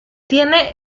tiene